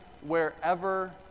wherever